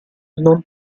non